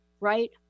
right